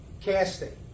casting